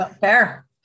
Fair